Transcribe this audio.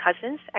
cousins